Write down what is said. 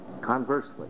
Conversely